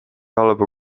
halba